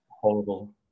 Horrible